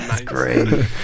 great